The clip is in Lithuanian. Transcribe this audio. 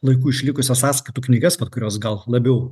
laikų išlikusias sąskaitų knygas kurios gal labiau